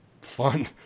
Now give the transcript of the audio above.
fun